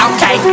Okay